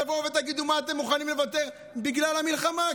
תבואו ותגידו על מה אתם מוכנים לוותר בגלל המלחמה,